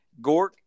Gork